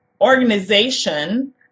organization